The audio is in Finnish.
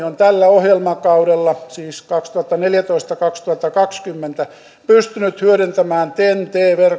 on tällä ohjelmakaudella siis kaksituhattaneljätoista viiva kaksituhattakaksikymmentä pystynyt hyödyntämään ten t